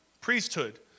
priesthood